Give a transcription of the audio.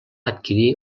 adquirir